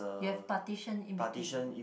you have partition in between